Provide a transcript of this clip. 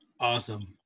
Awesome